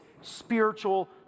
spiritual